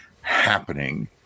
happening